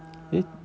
eh